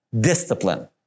Discipline